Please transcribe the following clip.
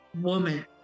woman